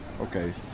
okay